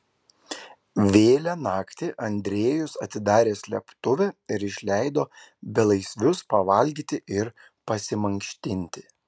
vėlią naktį andrejus atidarė slėptuvę ir išleido belaisvius pavalgyti ir pasimankštinti